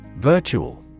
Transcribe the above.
Virtual